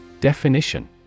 Definition